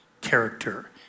character